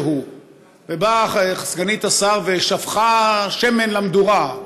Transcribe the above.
ובאה סגנית השר ושפכה שמן למדורה,